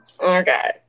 Okay